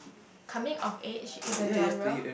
coming of age is a genre